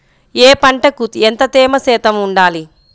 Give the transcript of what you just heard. ఏ పంటకు ఎంత తేమ శాతం ఉండాలి?